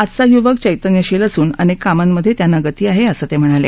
आजचा युवक चैतन्यशील असून अनेक कामांमध्ये त्यांना गती आहे असं ते म्हणाले